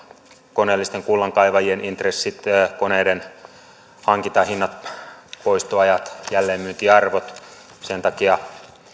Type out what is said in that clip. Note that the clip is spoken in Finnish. koneellisten kullankaivajien intressit koneiden hankintahinnat poistoajat jälleenmyyntiarvot sen takia